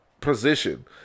position